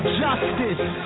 justice